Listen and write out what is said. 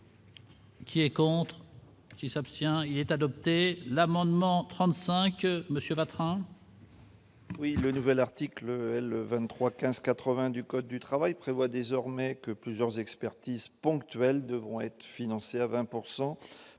puis contre. Qui s'abstient, il est adopté, l'amendement 35 monsieur. Le nouvel article le 23 15 80 du code du travail prévoit désormais que plusieurs expertises ponctuelles devront être financés à 20